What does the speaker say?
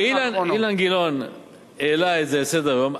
כשאילן גילאון העלה את זה על סדר-היום,